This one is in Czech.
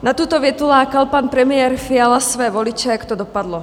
Na tuto větu lákal pan premiér Fiala své voliče a jak to dopadlo?